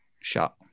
shot